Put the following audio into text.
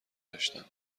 داشتم